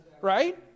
right